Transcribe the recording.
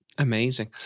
Amazing